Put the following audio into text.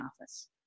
office